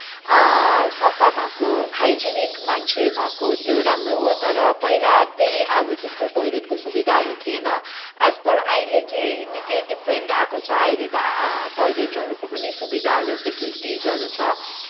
सफा भएको हाइजेनिक मान्छे भएको त्यो राम्रो हो तर पहिला चाहिँ अब त्यस्तो टोयलेटको सुविधाहरू थिएन एज पर अहिले चाहिँ निकै डिफरेन्स आएको छ अहिले त टोयलेटहरूको पनि सुविधाहरू फेसलिटिजहरू छ